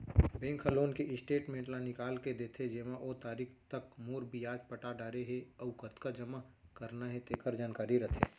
bank ह loan के statement ल निकाल के देथे जेमा ओ तारीख तक मूर, बियाज पटा डारे हे अउ कतका जमा करना हे तेकर जानकारी रथे